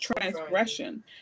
transgression